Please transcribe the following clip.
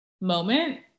moment